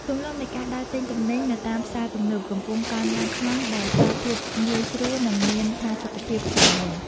ទម្លាប់នៃការដើរទិញទំនិញនៅតាមផ្សារទំនើបកំពុងកើនឡើងខ្ពស់ដោយសារភាពងាយស្រួល និងមានផាសុកភាពជាងមុន។